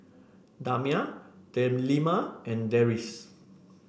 Damia Delima and Deris